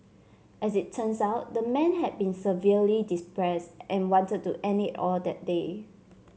as it turns out the man had been severely depressed and wanted to end it all that day